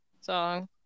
song